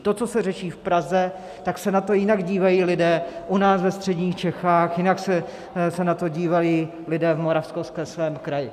To, co se řeší v Praze, tak se na to jinak dívají lidé u nás ve středních Čechách, jinak se na to dívají lidé v Moravskoslezském kraji.